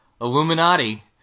Illuminati